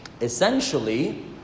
Essentially